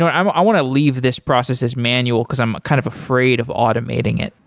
i want to leave this process as manual, because i'm kind of afraid of automating it.